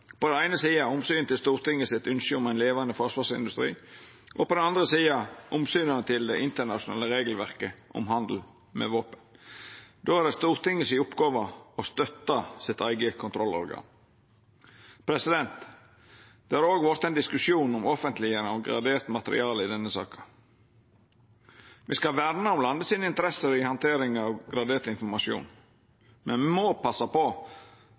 på den eine sida omsynet til Stortingets ynske om ein levande forsvarsindustri, og på den andre sida omsynet til det internasjonale regelverket om handel med våpen. Då er det Stortingets oppgåve å støtta sitt eige kontrollorgan. Det har òg vorte ein diskusjon om offentleggjering av gradert materiale i denne saka. Me skal verna om landet sine interesser i handteringa av gradert informasjon, men me må passa på